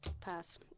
Pass